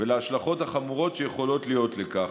ולהשלכות החמורות שיכולות להיות לכך,